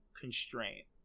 constraint